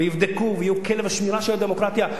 יבדקו ויהיו כלב השמירה של הדמוקרטיה.